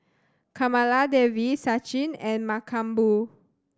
Kamaladevi Sachin and Mankombu